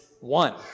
one